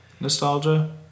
nostalgia